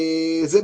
זו,